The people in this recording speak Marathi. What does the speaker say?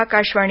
आकाशवाणी